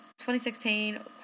2016